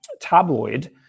tabloid